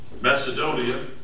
Macedonia